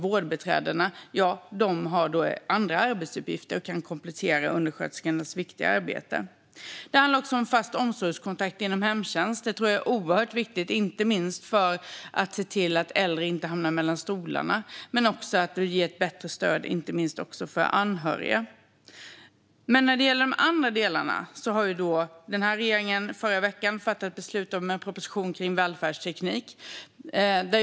Vårdbiträdena har andra arbetsuppgifter och kan komplettera undersköterskornas viktiga arbete. Det handlar också om fast omsorgskontakt inom hemtjänst. Det tror jag är oerhört viktigt, inte minst för att se till att äldre inte hamnar mellan stolarna. Men det handlar också om att ge ett bättre stöd, inte minst till anhöriga. När det gäller de andra delarna fattade regeringen i förra veckan beslut om en proposition om välfärdsteknik.